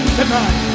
tonight